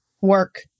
work